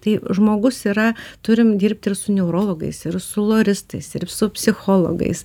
tai žmogus yra turim dirbt ir su neurologais ir su loristais ir su psichologais